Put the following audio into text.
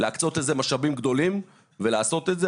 להקצות לזה משאבים גדולים ולעשות את זה.